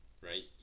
right